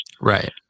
Right